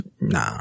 Nah